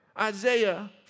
Isaiah